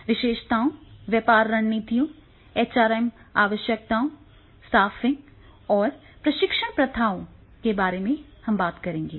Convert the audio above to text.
विशेषताओं व्यापार रणनीतियों एचआरएम आवश्यकताओं स्टाफिंग और प्रशिक्षण प्रथाओं के बारे में हम बात करेंगे